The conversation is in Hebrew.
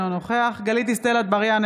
אינו נוכח גלית דיסטל אטבריאן,